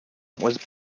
was